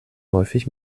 häufig